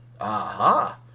Aha